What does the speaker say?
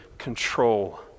control